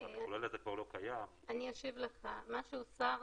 פותר חלק מהדברים הוא מקשה,